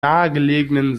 nahegelegenen